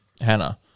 Hannah